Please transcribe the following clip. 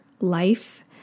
life